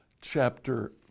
chapter